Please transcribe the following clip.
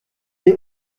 les